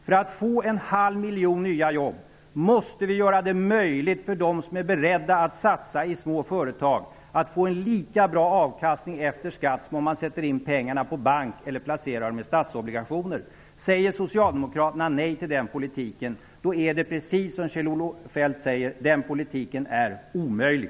För att få fram en halv miljon nya jobb måste vi göra det möjligt för dem som är beredda att satsa i små företag att få en lika bra avkastning efter skatt som man får om man sätter in pengarna på bank eller placerar dem i statsobligationer. Säger Socialdemokraterna nej till den politiken, då är det precis som Kjell-Olof Feldt säger: Den politiken är omöjlig.